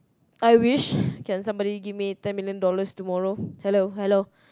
I wish can somebody give me ten million dollars tomorrow hello hello